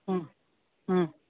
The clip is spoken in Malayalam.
മ്മ് മ്മ്